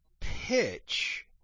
pitch